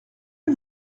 que